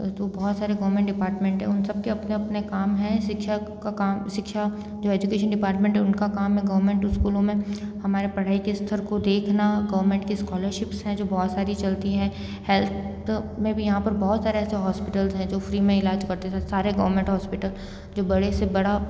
बहुत सारे government department है उन सबके अपने अपने काम है शिक्षा का काम शिक्षा जो एजुकेशन डिपार्टमेंट है उनका काम है गवर्नमेंट स्कूलों में हमारे पढ़ाई के स्तर को देखना गवर्नमेंट की स्कॉलरशिप है जो बहोत सारी चलती है हेल्थ में भी यहाँ पर बहुत सारे ऐसे हॉस्पिटल है जो फ्री में इलाज करते है सारे गवर्नमेंट हॉस्पिटल जो बड़े से बड़ा